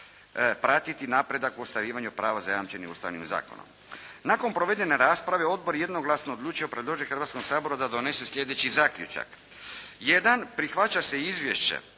pratiti napredak u ostvarenju prava zajamčenih Ustavnim zakonom. Nakon provedene rasprave odbor je jednoglasno odlučio predložiti Hrvatskom saboru da donese slijedeći zaključak: "1. Prihvaća se izvješće